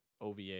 ova